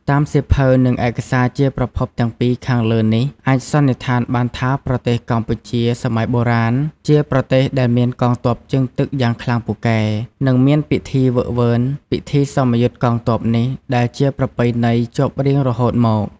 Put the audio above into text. តាមសៀវភៅ និងឯកសារជាប្រភពទាំងពីរខាងលើនេះ អាចសន្និដ្ឋានបានថាប្រទេសកម្ពុជាសម័យបុរាណ ជាប្រទេសដែលមានកងទ័ពជើងទឹកយ៉ាងខ្លាំងពូកែ និងមានពិធីហ្វឹកហ្វឺន ពិធីសមយុទ្ធកងទ័ពនេះដែលជាប្រពៃណីជាប់រៀងរហូតមក។